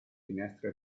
finestre